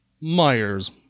Myers